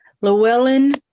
Llewellyn